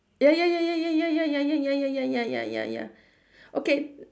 ya ya ya ya ya ya ya ya ya ya ya ya ya ya okay